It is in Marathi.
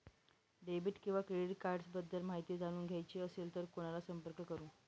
डेबिट किंवा क्रेडिट कार्ड्स बद्दल माहिती जाणून घ्यायची असेल तर कोणाला संपर्क करु?